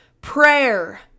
Prayer